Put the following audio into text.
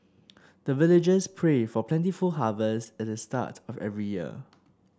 the villagers pray for plentiful harvest at the start of every year